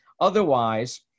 Otherwise